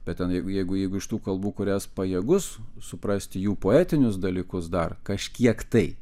bet jeigu jeigu iš tų kalbų kurias pajėgus suprasti jų poetinius dalykus dar kažkiek tai